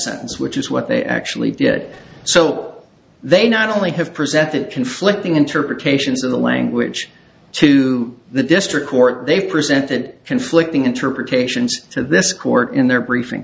sentence which is what they actually did so they not only have presented conflicting interpretations of the language to the district court they presented conflicting interpretations to this court in their briefing